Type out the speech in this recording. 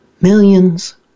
millions